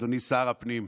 אדוני שר הפנים,